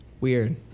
Weird